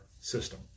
system